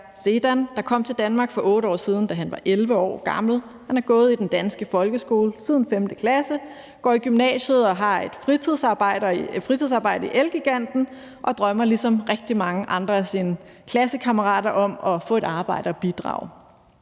Sedan, der kom til Danmark for 8 år siden, da han var 11 år gammel. Han har gået i den danske folkeskole siden 5. klasse, går i gymnasiet og har et fritidsarbejde i Elgiganten og drømmer ligesom rigtig mange andre af sine klassekammerater om at få et arbejde og bidrage.